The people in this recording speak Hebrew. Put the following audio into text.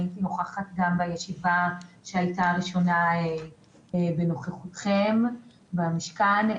אני הייתי נוכחת גם בישיבה הראשונה בנוכחותכם במשכן.